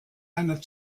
einer